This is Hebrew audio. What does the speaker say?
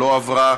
לא עברה.